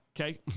okay